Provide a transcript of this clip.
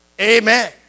Amen